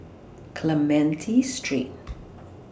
Clementi Street